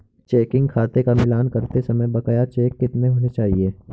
Checking खाते का मिलान करते समय बकाया चेक कितने होने चाहिए?